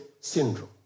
syndrome